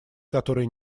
которые